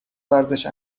ورزش